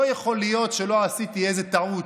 לא יכול להיות שלא עשיתי איזה טעות,